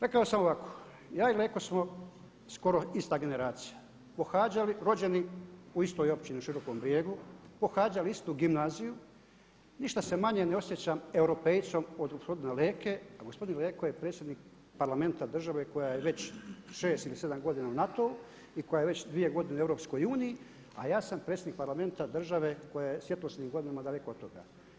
Rekao sam ovako, ja i Leko smo skoro ista generacija, rođeni u istoj općini u Širokom Brijegu, pohađali istu gimnaziju, ništa se manje ne osjećam europejcem od gospodina Leke, a gospodin Leko je predsjednik parlamenta države koja je već šest ili sedam godina u NATO-u, koja je već dvije godine u EU, a ja sam predsjednik parlamenta države koja je svjetlosnim godinama daleko od toga.